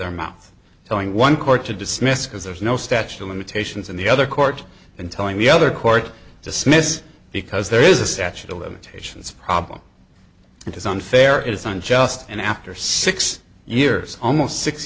their mouth during one court to dismiss because there's no statute of limitations in the other court and telling the other court dismiss because there is a statute of limitations problem it is unfair it is unjust and after six years almost six